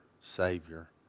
savior